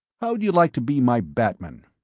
how'd you like to be my batman?